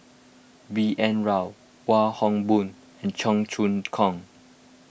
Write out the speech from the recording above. B N Rao Wong Hock Boon and Cheong Choong Kong